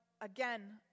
again